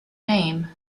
name